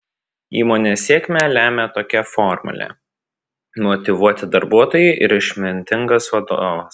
įmonės sėkmę lemią tokia formulė motyvuoti darbuotojai ir išmintingas vadovas